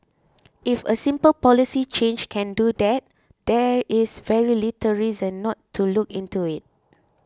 if a simple policy change can do that there is very little reason not to look into it